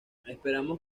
esperemos